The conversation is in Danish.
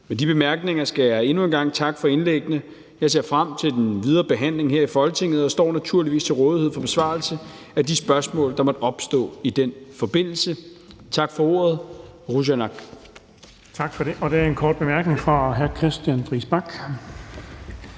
Med de bemærkninger skal jeg endnu en gang takke for indlæggene. Jeg ser frem til den videre behandling her i Folketinget og står naturligvis til rådighed for besvarelse af de spørgsmål, der måtte opstå i den forbindelse. Tak for ordet.